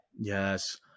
Yes